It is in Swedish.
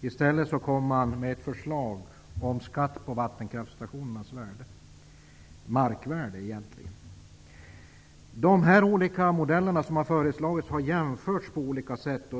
I stället har man kommit med ett förslag till skatt på markvärdet vid vattenkraftsstationerna. De olika modeller som har föreslagits har jämförts på olika sätt.